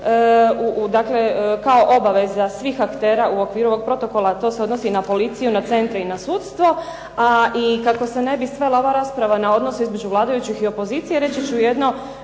kao obaveza svih aktera u okviru ovog protokola to se odnosi na policiju, na centre i na sudstvo, a i kako se ne bi svela ova rasprava na odnose između vladajućih i opozicije reći ću jedno